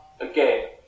Again